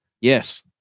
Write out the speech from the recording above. Yes